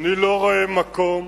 אני לא רואה מקום